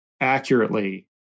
accurately